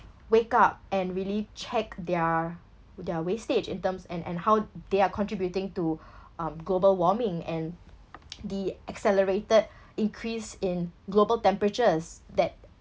wake up and really check their their wastage in terms and and how they are contributing to um global warming and the accelerated increase in global temperatures that